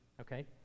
okay